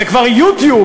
זה כבר "יוטיוב".